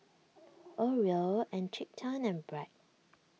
Oreo Encik Tan and Bragg